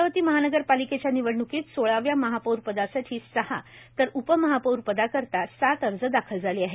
अमरावती महानगरपालिकेच्या निवडण्कीत सोळाव्या महापौर पदासाठी सहा तर उपमहापौर पदाकरता सात अर्ज दाखल झाले आहेत